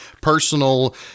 personal